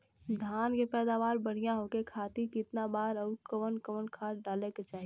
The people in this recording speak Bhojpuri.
धान के पैदावार बढ़िया होखे खाती कितना बार अउर कवन कवन खाद डाले के चाही?